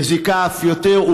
מזיקה אף יותר.